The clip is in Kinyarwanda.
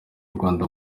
rwanda